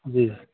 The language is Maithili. जी